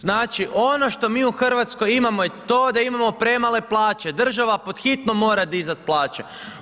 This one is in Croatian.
Znači ono što mi u Hrvatskoj imamo je to da imamo premale plaće, država pothitno mora dizati plaće.